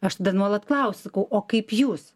aš tada nuolat klausiu o kaip jūs